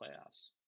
playoffs